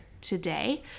today